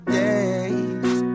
days